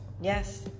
Yes